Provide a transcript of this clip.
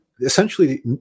essentially